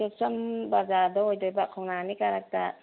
ꯇꯦꯛꯆꯝ ꯕꯖꯥꯔꯗ ꯑꯣꯏꯗꯣꯏꯕ ꯈꯣꯡꯅꯥꯡ ꯑꯅꯤ ꯀꯥꯔꯛꯇ